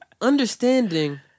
Understanding